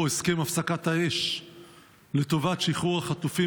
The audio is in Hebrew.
הסכם הפסקת האש לטובת שחרור החטופים,